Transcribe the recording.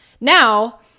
Now